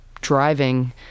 driving